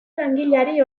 langileari